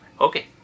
Okay